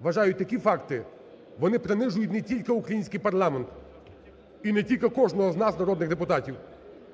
вважаю, такі факти вони принижують не тільки український парламент і не тільки кожного з нас народних депутатів,